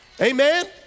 Amen